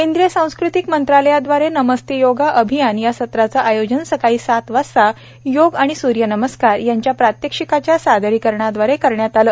केंद्रीय संस्कृती मंत्रालयाद्वारे नमस्ते योगा अभियान या सत्राचे आयोजन सकाळी सात वाजता योग आणि सर्यनमस्कार यांच्या प्रात्यक्षिकाच्या सादरीकरणादवारे करण्यात आले